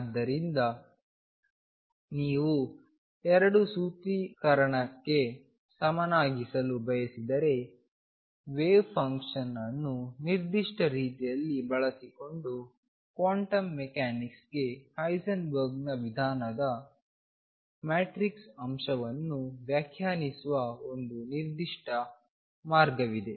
ಆದ್ದರಿಂದ ನೀವು 2 ಸೂತ್ರೀಕರಣಕ್ಕೆ ಸಮನಾಗಿರಲು ಬಯಸಿದರೆ ವೇವ್ ಫಂಕ್ಷನ್ ಅನ್ನು ನಿರ್ದಿಷ್ಟ ರೀತಿಯಲ್ಲಿ ಬಳಸಿಕೊಂಡು ಕ್ವಾಂಟಮ್ ಮೆಕ್ಯಾನಿಕ್ಸ್ಗೆ ಹೈಸೆನ್ಬರ್ಗ್ನ ವಿಧಾನದ ಮ್ಯಾಟ್ರಿಕ್ಸ್ ಅಂಶಗಳನ್ನು ವ್ಯಾಖ್ಯಾನಿಸುವ ಒಂದು ನಿರ್ದಿಷ್ಟ ಮಾರ್ಗವಿದೆ